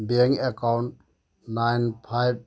bank account nine five